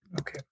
Okay